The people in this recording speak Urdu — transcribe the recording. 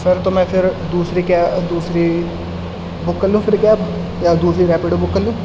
سر تو میں پھر دوسری کئے دوسری بک کر لوں پھر کیب یا دوسری ریپڈو بک کر لوں